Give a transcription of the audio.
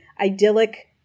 idyllic